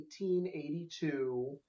1882